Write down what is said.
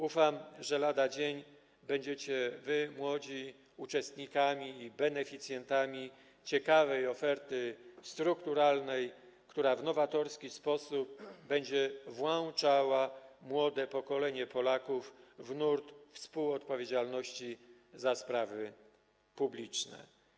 Ufam, że lada dzień będziecie wy, młodzi, uczestnikami i beneficjentami ciekawej oferty strukturalnej, która w nowatorski sposób będzie włączała młode pokolenie Polaków w nurt współodpowiedzialności za sprawy publiczne.